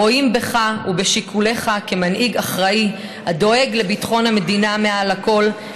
ורואים בך מנהיג אחראי הדואג בשיקוליך לביטחון המדינה מעל הכול.